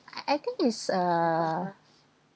I I think is uh